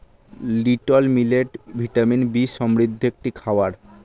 little millet vitamin B সমৃদ্ধ একটি খাবার